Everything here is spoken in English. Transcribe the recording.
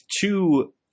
two